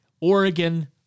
Oregon